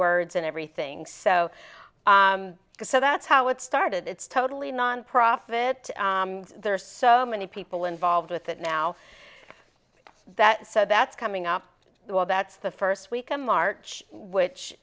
words and everything so that's how it started it's totally non profit there are so many people involved with it now that said that's coming up well that's the first week of march which